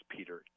Peter